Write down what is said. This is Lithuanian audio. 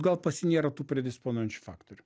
gal pas jį nėra tų predisponuojančių faktorių